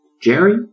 Jerry